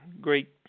great